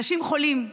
אנשים חולים.